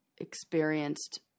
experienced